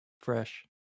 Fresh